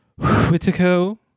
Whitico